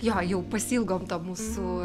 jo jau pasiilgom to mūsų